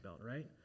right